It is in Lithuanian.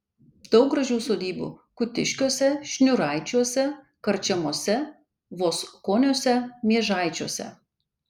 daug gražių sodybų kutiškiuose šniūraičiuose karčemose voskoniuose miežaičiuose